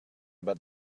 about